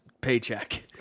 paycheck